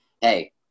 hey